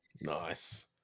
Nice